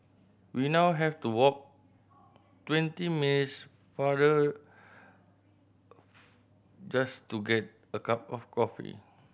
we now have to walk twenty minutes farther just to get a cup of coffee